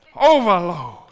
Overload